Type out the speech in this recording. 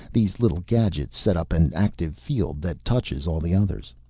these little gadgets set up an active field that touches all the others.